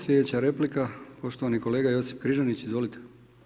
Slijedeća replika poštovani kolega Josip Križanić, izvolite.